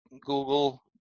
google